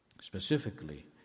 Specifically